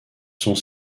sont